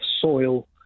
soil